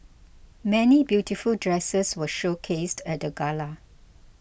many beautiful dresses were showcased at the gala